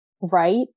right